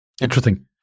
Interesting